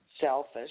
selfish